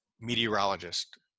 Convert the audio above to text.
meteorologist